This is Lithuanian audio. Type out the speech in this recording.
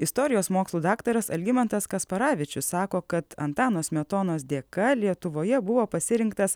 istorijos mokslų daktaras algimantas kasparavičius sako kad antano smetonos dėka lietuvoje buvo pasirinktas